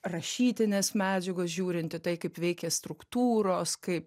rašytinės medžiagos žiūrint į tai kaip veikia struktūros kaip